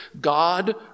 God